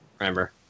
Remember